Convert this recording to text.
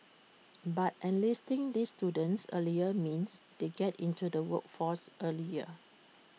but enlisting these students earlier means they get into the workforce earlier